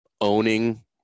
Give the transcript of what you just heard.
owning